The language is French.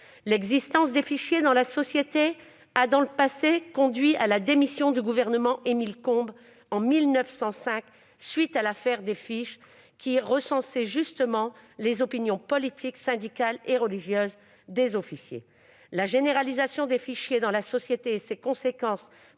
L'existence des fichiers dans la société a conduit, en 1905, à la démission du gouvernement d'Émile Combes à la suite de l'affaire des fiches, dans lesquelles étaient justement recensées les opinions politiques, syndicales et religieuses des officiers. La généralisation des fichiers dans la société et ses conséquences